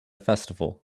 festival